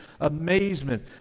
amazement